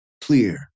clear